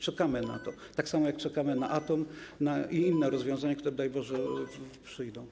Czekamy na to, tak samo jak czekamy na atom i inne rozwiązania, które, daj Boże, przyjdą.